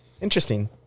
Interesting